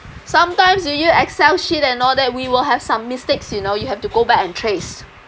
sometimes you use excel sheet and all that we will have some mistakes you know you have to go back and trace